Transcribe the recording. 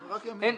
זה רק הימים.